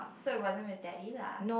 so it wasn't with daddy lah